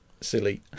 silly